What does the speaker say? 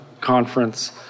conference